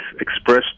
expressed